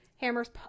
Hammer's